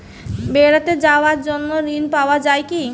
বেড়াতে যাওয়ার জন্য ঋণ পাওয়া যায় কি?